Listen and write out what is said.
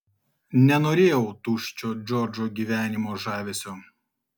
nenorėjau tuščio džordžo gyvenimo žavesio